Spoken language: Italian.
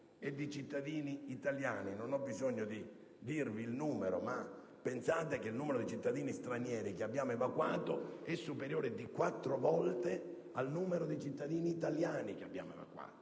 e di cittadini italiani: non ho bisogno di dirvi il numero, ma si pensi che il numero di cittadini stranieri che abbiamo evacuato è superiore di quattro volte al numero dei cittadini italiani che abbiamo evacuato.